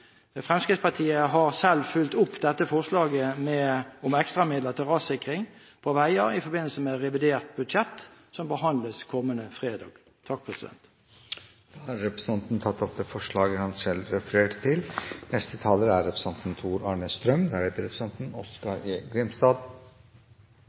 Fremskrittspartiet har selv fulgt opp dette forslaget om ekstramidler til rassikring på veier i forbindelse med revidert budsjett, som behandles kommende fredag. Representanten Arne Sortevik har tatt opp det forslaget han refererte til. Dette er en stor dag, og nok et historisk løft innen samferdselssektoren, som den rød-grønne regjeringen har stått for. Jeg synes at representanten